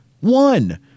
One